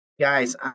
guys